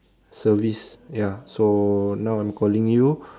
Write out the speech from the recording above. service ya so now I'm calling you